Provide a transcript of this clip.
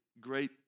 great